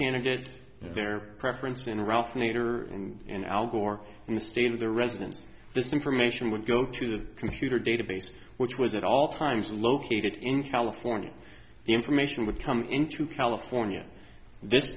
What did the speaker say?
candidate their preference and ralph nader and in al gore in the state of the residence this information would go to the computer database which was at all times located in california the information would come into california this